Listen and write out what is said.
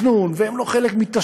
והם לא חלק מאיזה תכנון,